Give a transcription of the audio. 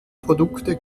produkte